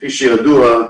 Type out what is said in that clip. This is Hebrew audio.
כפי שידוע,